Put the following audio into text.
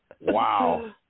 wow